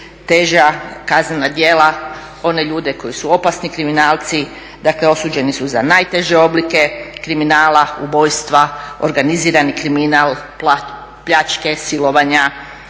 teža kaznena djela, one ljude koji su opasni kriminalci, dakle osuđeni su za najteže oblike kriminala, ubojstva, organizirani kriminal, pljačke, silovanja